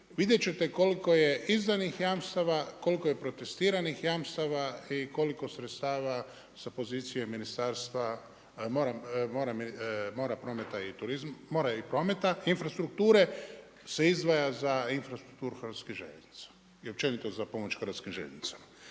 Vidjet ćete koliko je izdanih jamstava, koliko je protestiranih jamstava i koliko sredstava sa pozicije Ministarstva mora, prometa, infrastrukture, se izdvaja za infrastrukturu hrvatskih željeznica i općenito za pomoć HŽ-a. Međutim,